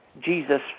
Jesus